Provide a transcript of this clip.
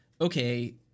okay